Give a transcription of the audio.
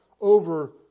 over